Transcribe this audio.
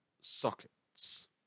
sockets